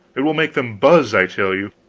it will make them buzz, i tell you!